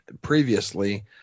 previously